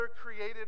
created